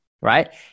right